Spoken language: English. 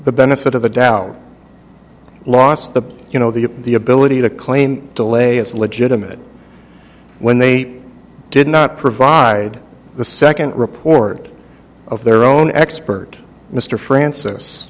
the benefit of the doubt lost the you know the the ability to claim delay as legitimate when they did not provide the second report of their own expert mr francis